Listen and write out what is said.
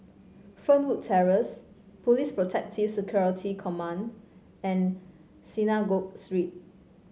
Fernwood Terrace Police Protective Security Command and Synagogue Street